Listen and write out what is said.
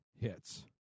hits